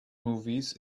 movies